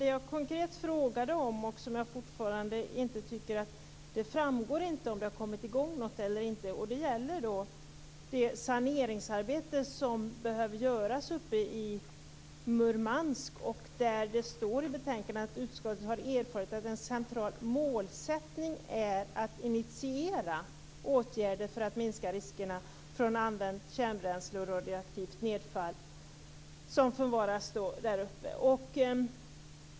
Det jag konkret frågade om, och som jag inte tycker framgår om det kommit i gång eller inte, gäller det saneringsarbete som behöver göras i Murmansk. I betänkandet står det att utskottet har erfarit att en central målsättning är att initiera åtgärder för att minska riskerna från använt kärnbränsle och radioaktivt nedfall som förvaras där uppe.